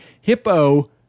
Hippo